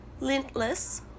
lintless